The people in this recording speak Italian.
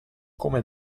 come